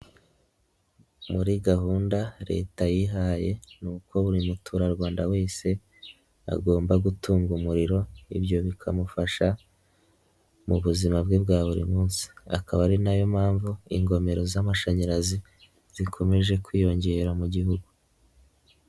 Muri gahunda leta yihaye ni uko buri muturarwanda wese, agomba gutunga umuriro ibyo bikamufasha mu buzima bwe bwa buri munsi. Akaba ari nayo mpamvu ingomero z'amashanyarazi zikomeje kwiyongera mu gihugu.